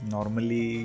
Normally